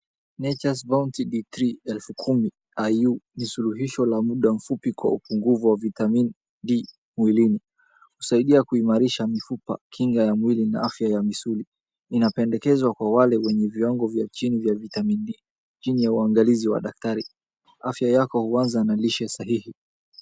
Nature's Bounty D3 1000 IU, ni suluhisho la muda mfupi kwa upungufu wa vitamini D mwilini. Husaidia kuimarisha mifupa, kinga ya mwili na afya ya misuli. Inapendekezwa kwa wale wenye viwango vya chini vya vitamini D, chini ya uangalizi wa daktari. Afya yako huanza na lishe sahihi.